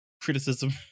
criticism